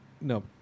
no